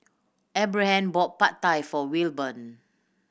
Abraham bought Pad Thai for Wilburn